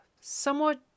somewhat